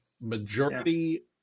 majority